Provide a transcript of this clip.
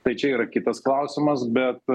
tai čia yra kitas klausimas bet